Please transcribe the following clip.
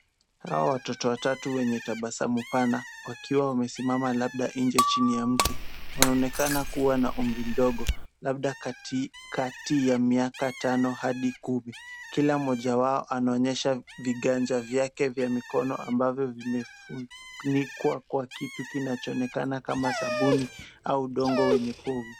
Hawa watoto watatu wenye tabasamu pana wakiwa wasimama labda nje chini ya mti. Wanaonekana kuwa na umri mdogo labda kati ya miaka tano hadi kumi. Kila mmoja wao anaonyesha viganja vyake vya mikono ambavyo vimefunikwa kwa kitu kinachoonekana kama sabuni au udongo wenye povu.